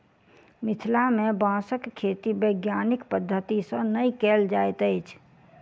मिथिला मे बाँसक खेती वैज्ञानिक पद्धति सॅ नै कयल जाइत अछि